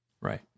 Right